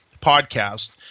podcast